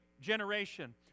generation